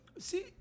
See